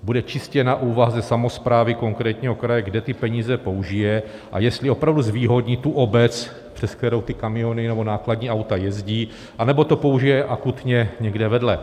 Bude čistě na úvaze samosprávy konkrétního kraje, kde ty peníze použije a jestli opravdu zvýhodní tu obec, přes kterou kamiony nebo nákladní auta jezdí, anebo to použije akutně někde vedle.